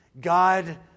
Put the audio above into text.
god